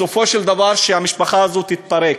סופו של דבר שהמשפחה הזאת תתפרק.